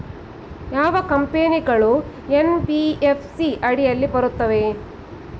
ಯಾವ ಕಂಪನಿಗಳು ಎನ್.ಬಿ.ಎಫ್.ಸಿ ಅಡಿಯಲ್ಲಿ ಬರುತ್ತವೆ?